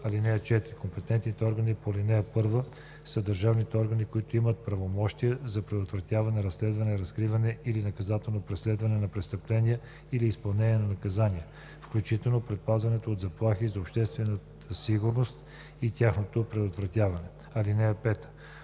(4) Компетентни органи по ал. 1 са държавните органи, които имат правомощия по предотвратяването, разследването, разкриването или наказателното преследване на престъпления или изпълнението на наказания, включително предпазването от заплахи за обществената сигурност и тяхното предотвратяване. (5)